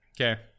Okay